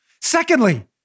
Secondly